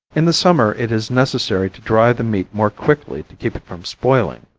in the summer it is necessary to dry the meat more quickly to keep it from spoiling.